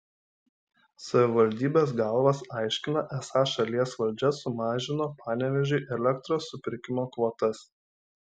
savivaldybės galvos aiškina esą šalies valdžia sumažino panevėžiui elektros supirkimo kvotas